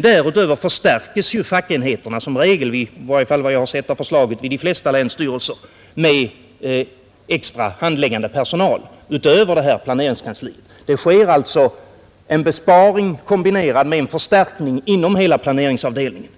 Därutöver förstärks fackenheterna som regel, i varje fall efter vad jag har sett av förslaget, vid de flesta länsstyrelser med extra handläggande personal utöver detta planeringskansli. Det sker alltså en besparing kombinerad med en förstärkning inom hela planeringsavdelningen